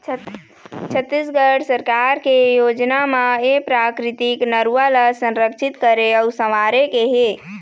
छत्तीसगढ़ सरकार के योजना म ए प्राकृतिक नरूवा ल संरक्छित करे अउ संवारे के हे